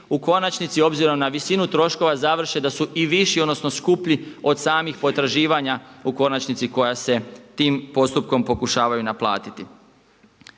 u konačnici obzirom na visinu troškova završe da su i viši odnosno skuplji od samih potraživanja u konačnici koja se tim postupkom pokušavaju naplatiti.